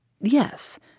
Yes